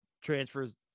transfers